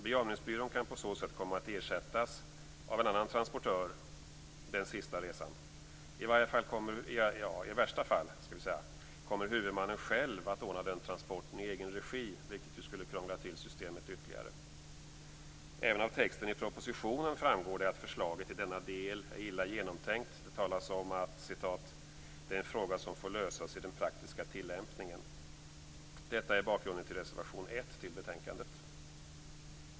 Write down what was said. Begravningsbyrån kan på så sätt komma att ersättas av en annan transportör den sista resan. I värsta fall kommer huvudmannen själv att ordna den transporten i egen regi, vilket ju skulle krångla till systemet ytterligare. Även av texten i propositionen framgår det att förslaget i denna del är illa genomtänkt. Det talas om att "det är en fråga som får lösas i den praktiska tilllämpningen". Detta är bakgrunden till reservation 1 i betänkandet.